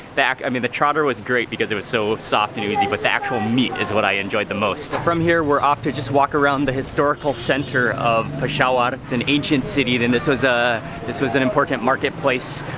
i mean the trotter was great because it was so soft and oozey, but the actual meat is what i enjoyed the most. from here we're off to just walk around the historical center of peshawar. it's an ancient city and this was ah this was an important market place,